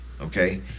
Okay